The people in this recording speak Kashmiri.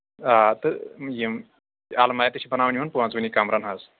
آ تہٕ یِم اَلمارِ چھِ بَناوٕنۍ یِمَن پانٛژوٕنی کَمرَن حظ